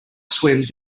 swims